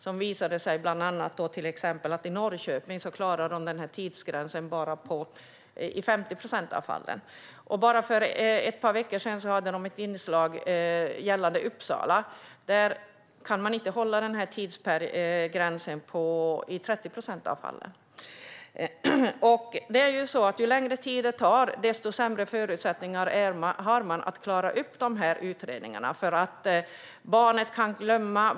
Den visade bland annat att man i Norrköping bara klarar den tidsgränsen i 50 procent av fallen. Och för ett par veckor sedan var det ett inslag gällande Uppsala. Där kan man inte hålla den här tidsgränsen i 30 procent av fallen. Ju längre tid det tar, desto sämre förutsättningar har man att klara dessa utredningar. Barnet kan glömma.